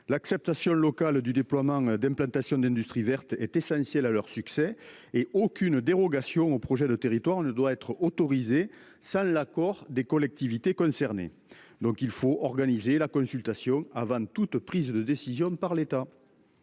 L'acceptation locale du déploiement d'implantation d'industries vertes est essentielle à leur succès et aucune dérogation aux projets de territoire ne doit être autorisé ça l'accord des collectivités concernées. Donc il faut organiser la consultation avant toute prise de décision par l'État.